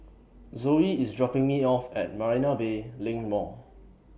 Zoey IS dropping Me off At Marina Bay LINK Mall